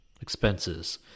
expenses